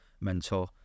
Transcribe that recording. mentor